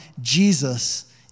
Jesus